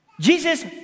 Jesus